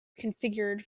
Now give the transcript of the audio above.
configured